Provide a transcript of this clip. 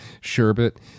sherbet